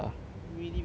really really a lot